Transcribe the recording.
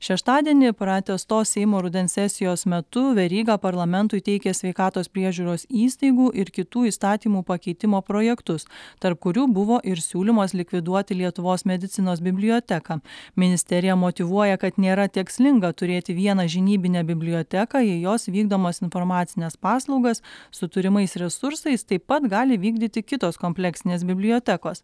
šeštadienį pratęstos seimo rudens sesijos metu veryga parlamentui teikia sveikatos priežiūros įstaigų ir kitų įstatymų pakeitimo projektus tarp kurių buvo ir siūlymas likviduoti lietuvos medicinos biblioteką ministerija motyvuoja kad nėra tikslinga turėti vieną žinybinę biblioteką jei jos vykdomas informacines paslaugas su turimais resursais taip pat gali vykdyti kitos kompleksinės bibliotekos